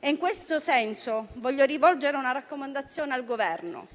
In questo senso desidero rivolgere una raccomandazione al Governo.